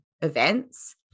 events